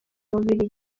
bubiligi